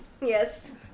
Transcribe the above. Yes